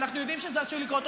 ואנחנו יודעים שזה עשוי לקרות,